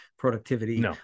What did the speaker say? productivity